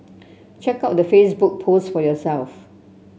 check out the Facebook post for yourself